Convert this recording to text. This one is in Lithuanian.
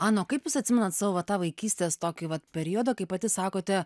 ana o kaip jūs atsimenat savo tą vaikystės tokį vat periodą kai pati sakote